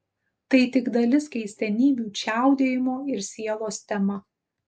tai tik dalis keistenybių čiaudėjimo ir sielos tema